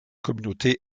communautés